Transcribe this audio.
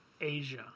Asia